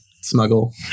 smuggle